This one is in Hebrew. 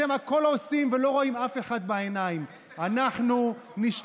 אתם עושים הכול ולא רואים אף אחד בעיניים.